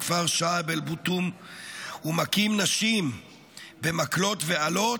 בכפר שעב אל-בוטום ומכים נשים במקלות ובאלות,